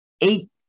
eight